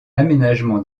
aménagement